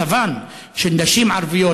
מצבן של נשים ערביות,